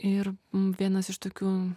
ir vienas iš tokių